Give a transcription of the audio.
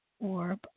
Orb